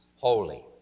holy